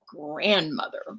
grandmother